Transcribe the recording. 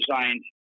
designed